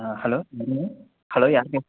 ஆ hello சொல்லுங்க hello யார் பேசுவது